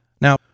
Now